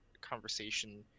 conversation